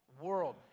world